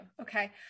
Okay